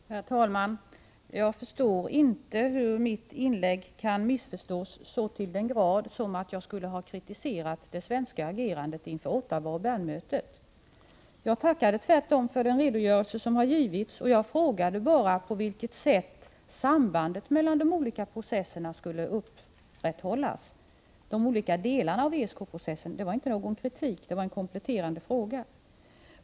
Herr talman! Jag förstår inte hur mitt inlägg kan missförstås så till den grad som att jag har kritiserat det svenska agerandet inför ESK-mötena i Ottava och Bern. Tvärtom tackade jag för den redogörelse som har givits, och jag frågade bara på vilket sätt sambandet mellan de olika delarna av ESK processen skulle upprätthållas. Det var inte någon kritik — det var en kompletterande fråga.